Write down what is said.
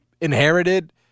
inherited